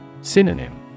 Synonym